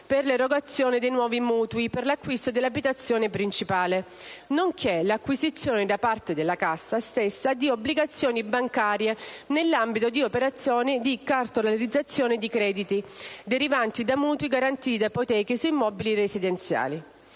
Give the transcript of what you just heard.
per l'erogazione di nuovi mutui per l'acquisto dell'abitazione principale, nonché l'acquisizione da parte della Cassa stessa di obbligazioni bancarie nell'ambito di operazioni di cartolarizzazione di crediti derivanti da mutui garantiti da ipoteche su immobili residenziali.